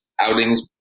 outings